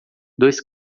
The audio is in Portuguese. dois